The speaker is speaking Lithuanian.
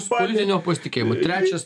politinio pasitikėjimo trečias